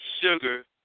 sugar